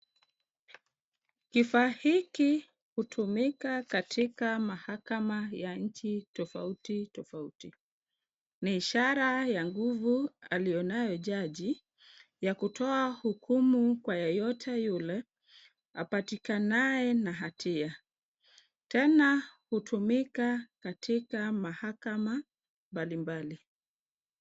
Kifaa hiki hutumika katika mahakama ya nchi tofauti tofauti. Ni ishara ya nguvu aliyo nayo jaji ya kutoa hukumu kwa yeyote yule apatikanaye na hatia. Tena hutumika katika mahakama mbali mbali.